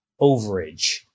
overage